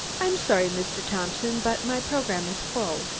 i'm sorry, mr. thompson, but my program is full,